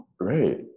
Right